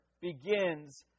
begins